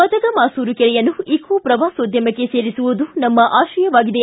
ಮದಗಮಾಸೂರು ಕೆರೆಯನ್ನು ಇಕೋ ಪ್ರವಾಸೋದ್ಯಮಕ್ಕೆ ಸೇರಿಸುವುದು ನಮ್ಮ ಆಶಯವಾಗಿದೆ